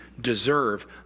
deserve